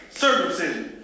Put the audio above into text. circumcision